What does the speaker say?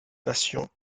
nations